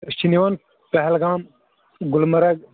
أسۍ چھِ نِوان پہلگام گُلمَرَگ